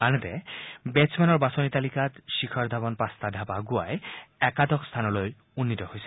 আনহাতে বেটছমেনৰ বাছনি তালিকাত শিখৰ ধাৱন পাঁচটা ঢাপ আগুৱাই একাদশ স্থানলৈ উন্নীত হৈছে